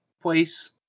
place